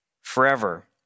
forever